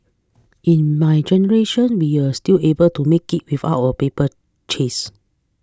in my generation we were still able to make it without a paper chase